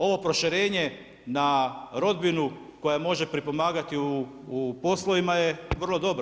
Ovo proširenje na rodbinu koja može pripomagati u poslovima je vrlo dobro.